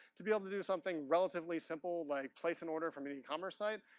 to be able to do something relatively simple, like place an order from any commerce site,